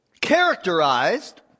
Characterized